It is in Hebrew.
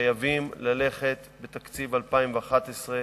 חייבים ללכת בתקציב 2011,